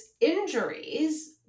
injuries